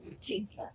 Jesus